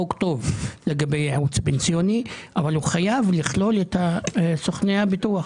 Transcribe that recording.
זאת הצעה טובה לגבי ייעוץ פנסיוני אבל הוא חייב לכלול את סוכני הביטוח.